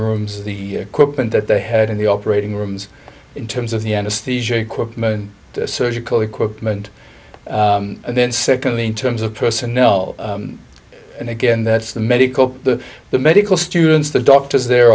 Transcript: rooms the equipment that they had in the operating rooms in terms of the end of the surgical equipment and then secondly in terms of personnel and again that's the medical the the medical students the doctors they're